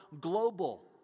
global